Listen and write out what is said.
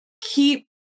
keep